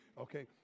Okay